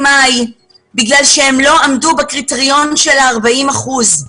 מאי בגלל שהם לא עמדו בקריטריון של ה-40 אחוזים.